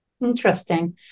Interesting